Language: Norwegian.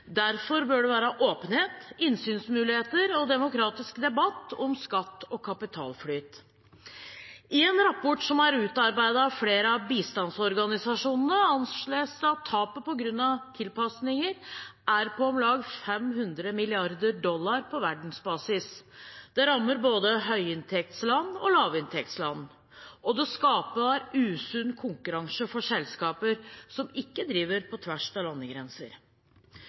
Derfor bør det være åpenhet, innsynsmuligheter og demokratisk debatt om skatt og kapitalflyt. I en rapport som er utarbeidet av flere av bistandsorganisasjonene, anslås det at tapet på grunn av tilpasninger er på om lag 500 mrd. dollar på verdensbasis. Det rammer både høyinntektsland og lavinntektsland, og det skaper usunn konkurranse for selskaper som ikke driver på tvers av landegrenser.